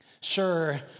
Sure